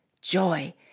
joy